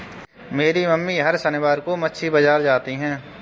मेरी मम्मी हर शनिवार को मछली बाजार जाती है